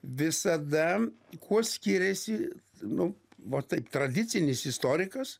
visada kuo skiriasi nu va taip tradicinis istorikas